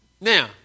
Now